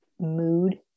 mood